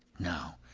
now,